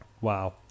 Wow